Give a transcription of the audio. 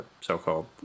so-called